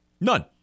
None